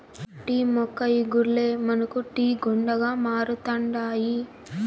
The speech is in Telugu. టీ మొక్క ఇగుర్లే మనకు టీ గుండగా మారుతండాయి